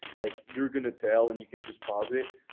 like you're gonna tell and you can just pause it.